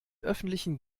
öffentlichen